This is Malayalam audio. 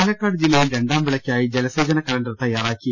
പാലക്കാട് ജില്ലയിൽ രണ്ടാം വിളയ്ക്കായി ജലസേചന കലണ്ടർ തയ്യാറാക്കി